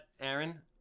Aaron